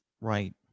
Right